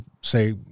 say